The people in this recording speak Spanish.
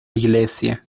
iglesia